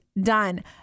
done